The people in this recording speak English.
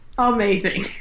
amazing